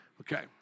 Okay